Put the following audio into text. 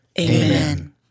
Amen